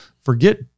forget